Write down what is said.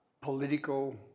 political